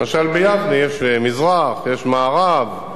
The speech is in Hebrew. למשל, ביבנה יש מזרח, יש מערב.